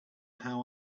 how